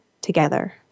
together